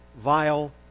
vile